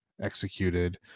executed